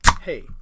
Hey